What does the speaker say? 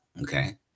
Okay